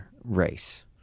race